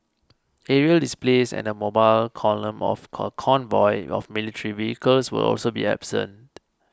aerial displays and the mobile column of a convoy of military vehicles will also be absent